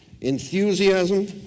enthusiasm